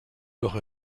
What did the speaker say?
doch